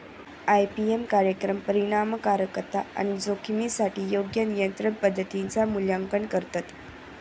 IPM कार्यक्रम परिणामकारकता आणि जोखमीसाठी योग्य नियंत्रण पद्धतींचा मूल्यांकन करतत